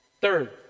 third